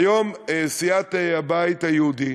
היום סיעת הבית היהודי,